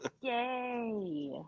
Yay